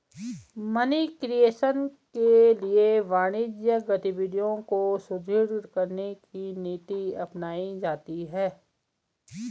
money creation के लिए वाणिज्यिक गतिविधियों को सुदृढ़ करने की नीति अपनाई जाती है